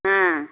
ஆ